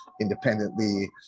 independently